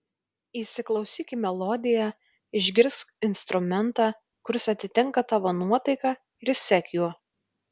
įsiklausyk į melodiją išgirsk instrumentą kuris atitinka tavo nuotaiką ir sek juo